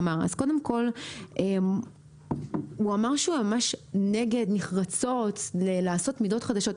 הוא אמר שהוא מתנגד נחרצות לעשות מידות חדשות.